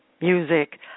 music